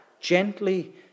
gently